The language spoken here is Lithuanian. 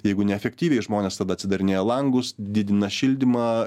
jeigu neefektyviai žmonės tada atsidarinėja langus didina šildymą